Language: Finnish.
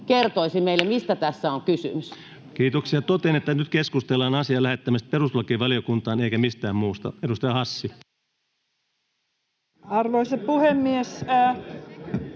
koputtaa] mistä tässä on kysymys. Kiitoksia. — Totean, että nyt keskustellaan asian lähettämisestä perustuslakivaliokuntaan eikä mistään muusta. — Edustaja Hassi. Arvoisa puhemies!